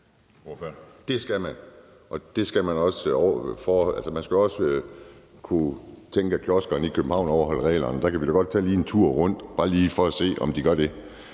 Det skal man. Man skal også kunne regne med, at kioskerne i København overholder reglerne. Der kan vi da godt lige tage en tur rundt for at se, om de gør det.